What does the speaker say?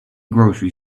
grocery